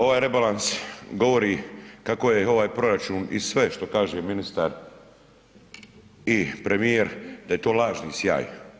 Ovaj rebalans govori kako je ovaj proračun i sve što kaže ministar i premijer da je to lažni sjaj.